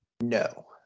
No